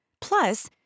plus